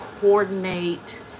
coordinate